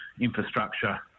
infrastructure